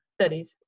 studies